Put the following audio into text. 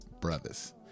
brothers